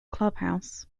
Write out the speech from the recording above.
clubhouse